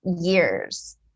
years